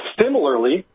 similarly